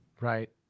right